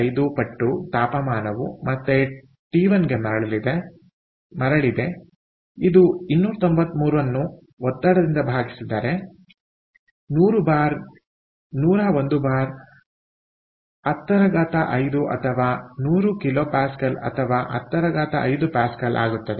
5 ಪಟ್ಟು ತಾಪಮಾನವು ಮತ್ತೆ ಟಿ1 ಗೆ ಮರಳಿದೆ ಇದು 293 ಅನ್ನು ಒತ್ತಡದಿಂದ ಭಾಗಿಸಿದರೆ 100 ಬಾರ್ 101 ಬಾರ್ 10 5 ಅಥವಾ 100 KPa ಅಥವಾ 10 5 Pa ಆಗುತ್ತದೆ